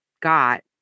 got